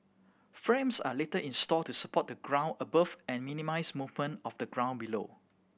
frames are later installed to support the ground above and minimise movement of the ground below